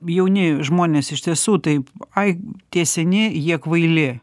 jauni žmonės iš tiesų taip ai tie seni jie kvaili